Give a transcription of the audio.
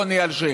רוני אלשיך,